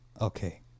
Okay